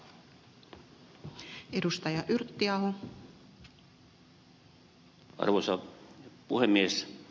arvoisa puhemies